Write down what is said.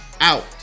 out